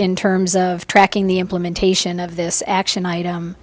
in terms of tracking the implementation of this action item